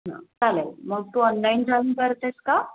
हां चालेल मग तू ऑनलाईन जॉईन करतेस का